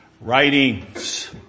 writings